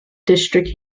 district